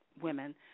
women